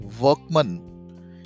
workman